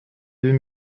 deux